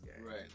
right